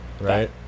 Right